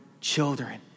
children